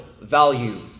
value